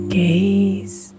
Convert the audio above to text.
gaze